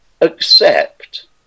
accept